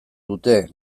dute